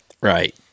Right